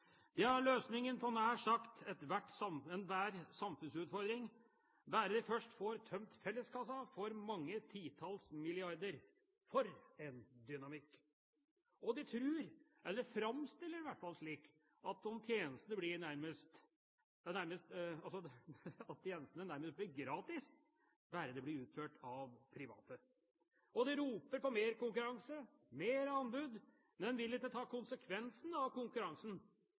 De har løsningen på nær sagt enhver samfunnsutfordring, bare de først får tømt felleskassa for mange titalls milliarder. For en dynamikk! Og de tror, eller de framstiller det i hvert fall slik, at tjenestene nærmest blir gratis bare de blir utført av private. De roper på mer konkurranse, mer anbud, men de vil ikke ta konsekvensen av konkurransen